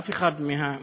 אף אחד מהמציעים,